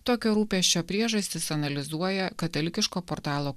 tokio rūpesčio priežastis analizuoja katalikiško portalo